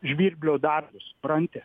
žvirblio darbus supranti